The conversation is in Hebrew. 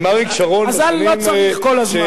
אז לא צריך כל הזמן.